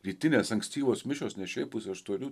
rytinės ankstyvos mišios ne šiaip pusė aštuonių